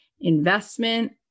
investment